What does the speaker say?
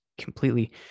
completely